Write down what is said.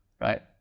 Right